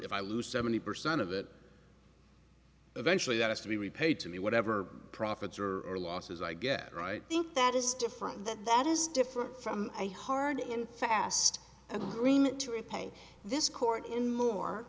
if i lose seventy percent of that eventually it has to be repaid to me whatever profits there are losses i get right think that is different that that is different from a hard and fast agreement to repay this court in more